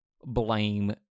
blame